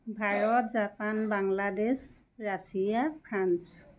Bharat Japan Bangladesh Russia France